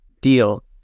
deal